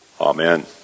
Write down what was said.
Amen